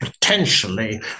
potentially